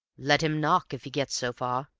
let him knock if he gets so far.